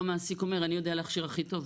המעסיק אומר 'אני יודע להכשיר הכי טוב'.